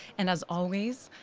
and as always,